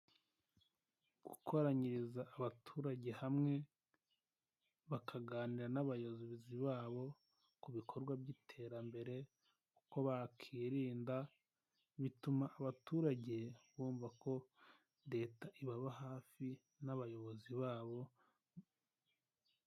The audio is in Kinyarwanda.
Gukoranyiriza abaturage hamwe, bakaganira n'abayobozi babo ku bikorwa by'iterambere, uko bakirinda, bituma abaturage bumva ko leta ibaba hafi n'abayobozi babo.